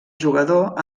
jugador